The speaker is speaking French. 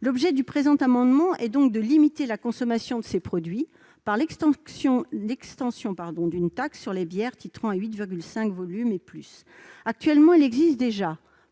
L'objet du présent amendement est de limiter la consommation de ces produits par l'extension d'une taxe sur les bières titrant à 8,5 % et plus. Actuellement, elle existe déjà